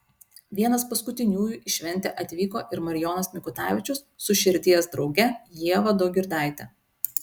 vienas paskutiniųjų į šventę atvyko ir marijonas mikutavičius su širdies drauge ieva daugirdaite